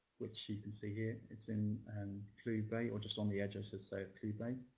which you can see here. it's in clew bay, or just on the edge i should say of clew bay.